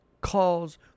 calls